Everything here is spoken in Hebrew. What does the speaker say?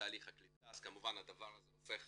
בתהליך הקליטה, אז כמובן הדבר הזה הופך